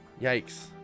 Yikes